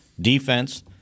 Defense